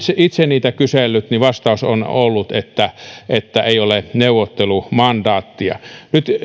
itse niitä kysellyt vastaus on ollut että että ei ole neuvottelumandaattia nyt